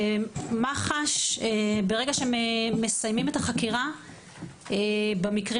ברגע שמח"ש מסיימים את החקירה במקרים